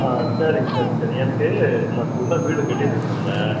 ஆ சரிங்க சரிங்க சரி எனக்கு நான் புதுசாக வீடு கட்டிகிட்டு இருக்கேன் இங்கே